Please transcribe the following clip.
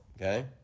Okay